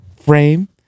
Frame